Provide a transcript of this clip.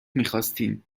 میخواستیم